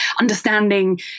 understanding